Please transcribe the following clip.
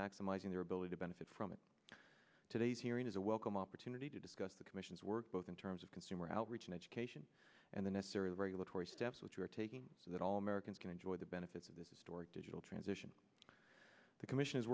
maximizing their ability to benefit from it today's hearing is a welcome opportunity to discuss the commission's work both in terms of consumer outreach and education and the necessary regulatory steps which are taking so that all americans can enjoy the benefits of this story digital transition the commission is